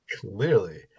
Clearly